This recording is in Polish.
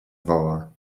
woła